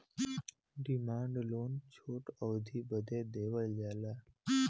demand loan छोट अवधी बदे देवल जाला